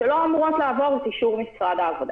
שלא אמורות לעבור את אישור משרד העבודה.